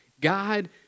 God